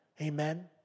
Amen